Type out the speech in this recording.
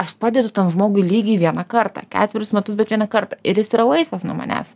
aš padedu tam žmogui lygiai vieną kartą ketverius metus bet čia ne kartą ir jis yra laisvas nuo manęs